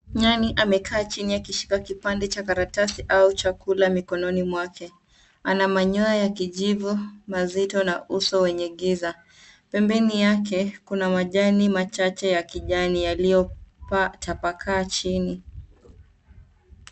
Nyani amekaa chini akishika kipande cha karatasi au chakula mikononi mwake. Ana manyoya ya kijivu mazito na uso wenye ngiza. Pembeni yake kuna majani machache ya kijani yaliotapakaa chini.